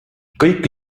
kõik